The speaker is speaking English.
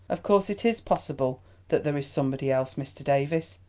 of course it is possible that there is somebody else, mr. davies.